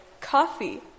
coffee